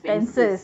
expenses